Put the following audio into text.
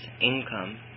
income